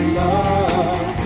love